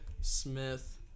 Smith